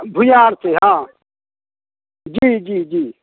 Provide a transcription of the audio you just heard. भूमिहार छै हँ जी जी जी